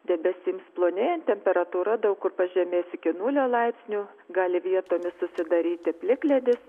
debesims plonėjant temperatūra daug kur pažemės iki nulio laipsnių gali vietomis susidaryti plikledis